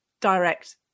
direct